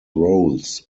roles